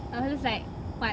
I was just like what